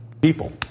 People